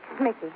Mickey